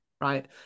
right